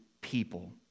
people